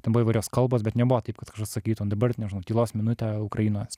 ten buvo įvairios kalbos bet nebuvo taip kad sakytum dabar nežinau tylos minutė ukrainos